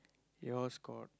yours got